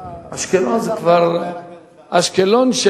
כשאני הגעתי לארץ הגעתי לאשקלון,